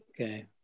Okay